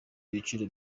ibiciro